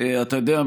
אתה יודע,